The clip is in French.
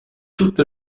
toute